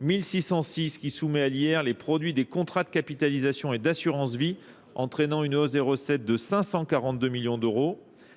1606 qui soumet a l'hier les produits des contrats de capitalisation et d'assurance-vie entraînant une hausse des recettes de 542 millions d'euros.